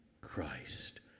Christ